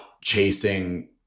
chasing